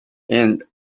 and